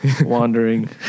wandering